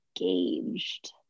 engaged